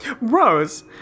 Rose